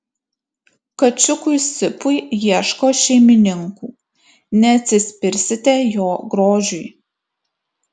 kačiukui sipui ieško šeimininkų neatsispirsite jo grožiui